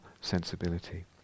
sensibility